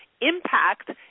impact